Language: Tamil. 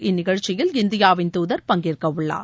இந்நிகழ்ச்சியில் இந்தியாவின் துதர் பங்கேற்க உள்ளார்